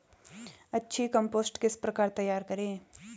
अच्छी कम्पोस्ट किस प्रकार तैयार करें?